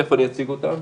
שתכף אני אציג אותם,